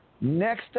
Next